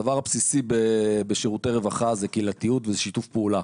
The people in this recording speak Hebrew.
הדבר הבסיסי בשירותי רווחה זה קהילתיות ושיתוף פעולה,